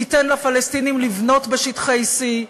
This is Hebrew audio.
תיתן לפלסטינים לבנות בשטחי C,